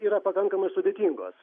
yra pakankamai sudėtingos